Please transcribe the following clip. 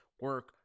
Work